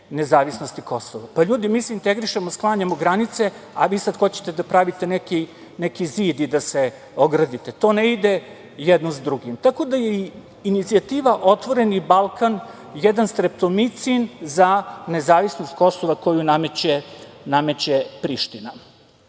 nezavisnosti Kosova. Ljudi, mi se integrišemo, sklanjamo granice, a vi sada hoćete da pravite neki zid i da se ogradite. To ne ide jedno sa drugim. Inicijativa „ Otvoreni Balkan“ je jedan streptomicin za nezavisnost Kosova koju nameće Priština. Na